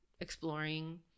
exploring